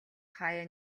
хааяа